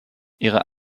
ihre